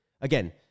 again